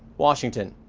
washington.